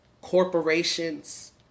corporations